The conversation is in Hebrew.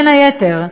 בין היתר,